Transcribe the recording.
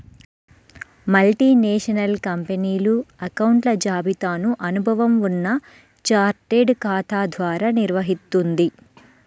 multinational కంపెనీలు అకౌంట్ల జాబితాను అనుభవం ఉన్న చార్టెడ్ ఖాతా ద్వారా నిర్వహిత్తుంది